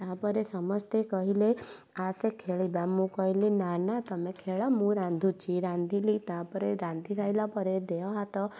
ତାପରେ ସମସ୍ତେ କହିଲେ ଆସେ ଖେଳିବା ମୁଁ କହିଲି ନା ନା ତମେ ଖେଳ ମୁଁ ରାନ୍ଧୁଛି ରାନ୍ଧିଲି ତାପରେ ରାନ୍ଧି ସାଇଲା ପରେ ଦେହ ହାତ